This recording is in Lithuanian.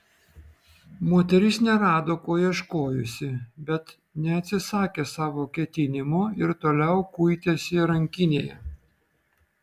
moteris nerado ko ieškojusi bet neatsisakė savo ketinimo ir toliau kuitėsi rankinėje